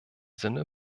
sinne